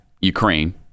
Ukraine